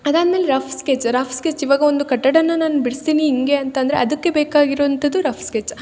ಅದಾದ್ಮೇಲೆ rough sketch rough sketch ಇವಾಗ ಒಂದು ಕಟ್ಟಡನ ನಾನು ಬಿಡ್ಸ್ತೀನಿ ಹಿಂಗೆ ಅಂತಂದರೆ ಅದಕ್ಕೆ ಬೇಕಾಗಿರೋಂಥದ್ದು ರಫ್ ಸ್ಕೆಚ್